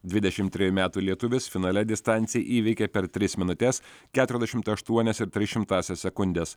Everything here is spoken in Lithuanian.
dvidešimt trejų metų lietuvis finale distanciją įveikė per tris minutes keturiasdešimt aštuonias ir tris šimtąsias sekundės